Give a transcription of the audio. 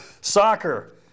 Soccer